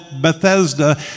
Bethesda